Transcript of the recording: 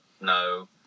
no